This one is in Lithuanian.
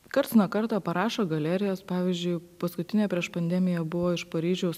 karts nuo karto parašo galerijos pavyzdžiui paskutinė prieš pandemiją buvo iš paryžiaus